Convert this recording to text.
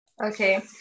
Okay